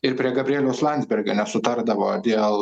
ir prie gabrieliaus landsbergio nesutardavo dėl